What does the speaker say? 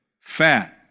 fat